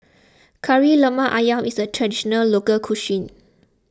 Kari Lemak Ayam is a Traditional Local Cuisine